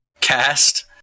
cast